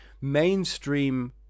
mainstream